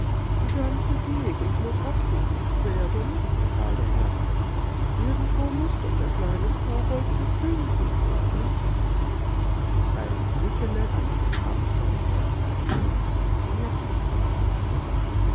die ganze gegend muß abgesucht werden befahl der herzog irgendwo muß doch der kleine kobold zu finden sein als michele an diesem abend seine herde heimtrieb ging er dicht am schloß vorbei